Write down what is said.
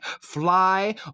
Fly